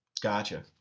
Gotcha